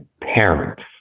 parents